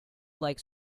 like